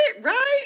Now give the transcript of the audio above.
right